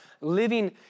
living